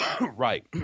Right